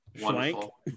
Wonderful